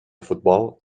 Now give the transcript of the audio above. futbol